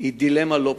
היא לא פשוטה,